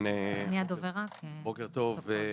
בוקר טוב,